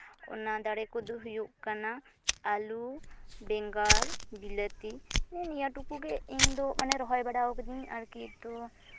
ᱚᱱᱟ ᱫᱟᱨᱮ ᱠᱚᱫᱚ ᱦᱩᱭᱩᱜ ᱠᱟᱱᱟ ᱟᱹᱞᱩ ᱵᱮᱸᱜᱟᱲ ᱵᱤᱞᱟᱹᱛᱤ ᱱᱤᱭᱟᱹ ᱴᱩᱠᱩᱜᱮ ᱤᱧᱫᱚ ᱢᱟᱱᱮ ᱨᱚᱦᱚᱭ ᱵᱟᱲᱟᱣ ᱠᱟᱹᱫᱟᱹᱧ ᱟᱨᱠᱤ ᱩᱛᱩ